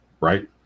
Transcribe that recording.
right